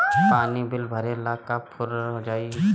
पानी बिल भरे ला का पुर्फ चाई?